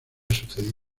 sucedido